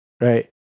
right